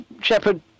Shepherd